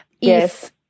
Yes